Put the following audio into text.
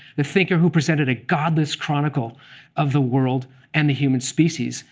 the thinker who presented a godless chronicle of the world and the human species,